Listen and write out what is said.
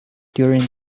during